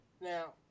Now